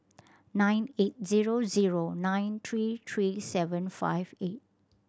nine eight zero zero nine three three seven five eight